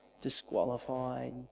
disqualified